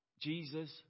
Jesus